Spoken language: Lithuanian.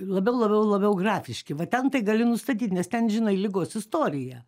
labiau labiau labiau grafiški va ten tai gali nustatyt nes ten žinai ligos istoriją